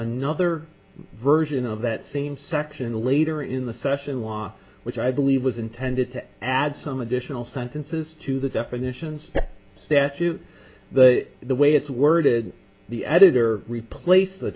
another version of that same section later in the session walk which i believe was intended to add some additional sentences to the definitions statute that the way it's worded the editor replace the